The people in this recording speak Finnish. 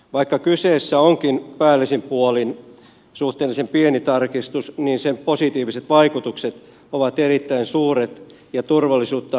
vaikka kyseessä onkin päällisin puolin suhteellisen pieni tarkistus niin sen positiiviset vaikutukset ovat erittäin suuret ja turvallisuutta eteenpäin vievät